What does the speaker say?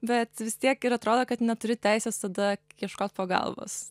bet vis tiek ir atrodo kad neturi teisės tada ieškot pagalbos